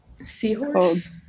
Seahorse